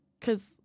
cause